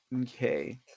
Okay